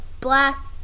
black